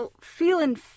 feeling